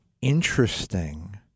interesting